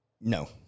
No